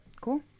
Cool